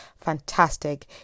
fantastic